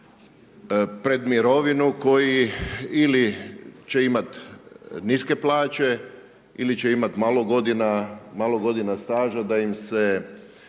pred mirovinu, koji ili će imati niske plaće ili će imati malo godina staža da im se